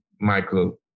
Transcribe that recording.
Michael